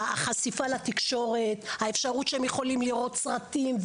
החשיפה לתקשורת, האפשרות שהם יכולים לראות סרטים.